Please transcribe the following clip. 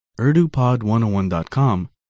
urdupod101.com